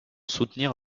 soutenir